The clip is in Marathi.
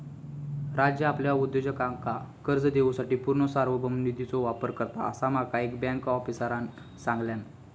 राज्य आपल्या उद्योजकांका कर्ज देवूसाठी पूर्ण सार्वभौम निधीचो वापर करता, असा माका एका बँक आफीसरांन सांगल्यान